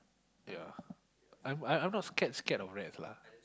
ya I I'm not scared scared of rats lah